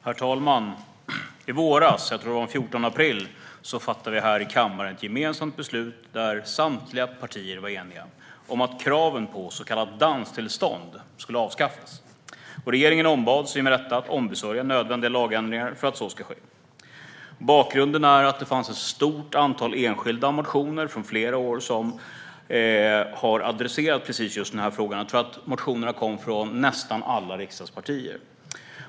Herr talman! I våras - jag tror att det var den 14 april - fattade vi här i kammaren ett gemensamt beslut. Samtliga partier var eniga om att kravet på så kallat danstillstånd skulle avskaffas. Regeringen ombads i och med detta att ombesörja nödvändiga lagändringar för att så ska ske. Bakgrunden var att det fanns ett stort antal enskilda motioner från flera olika år som adresserade just den här frågan. Jag tror att motionerna kom från nästan alla riksdagspartier.